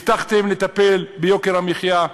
הבטחתם לטפל ביוקר המחיה,